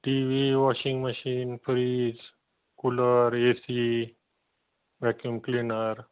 TV washing machine fridge cooler AC vacuum cleaner